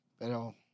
Pero